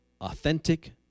authentic